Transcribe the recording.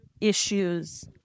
issues